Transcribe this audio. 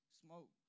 smoke